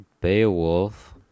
Beowulf